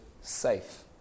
safe